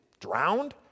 drowned